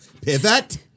Pivot